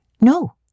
No